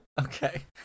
Okay